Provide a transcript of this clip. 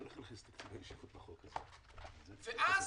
ואז,